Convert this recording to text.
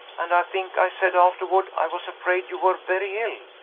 and i think i said afterward i was afraid you were very ill.